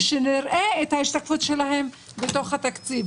ושנראה את ההשתקפות שלהם בתוך התקציב.